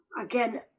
again